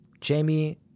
Jamie